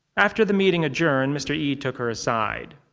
after the meeting adjourned, mr. yi took her aside.